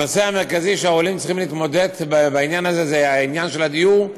הנושא המרכזי שהעולים צריכים להתמודד אתו זה העניין של הדיור,